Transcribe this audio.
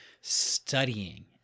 studying